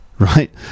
right